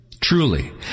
Truly